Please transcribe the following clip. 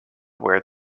wear